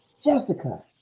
Jessica